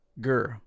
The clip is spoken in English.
girl